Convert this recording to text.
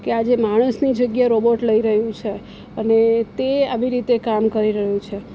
કે આજે માણસની જગ્યા રોબોટ લઈ રહ્યું છે અને તે આવી રીતે કામ કરી રહ્યું છે